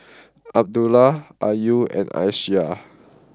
Abdullah Ayu and Aisyah